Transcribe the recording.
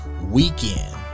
weekend